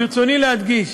ברצוני להדגיש